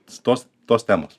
stos tos temos